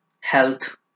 Health